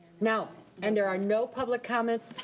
now, and there are no public comments,